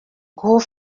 gros